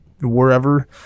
wherever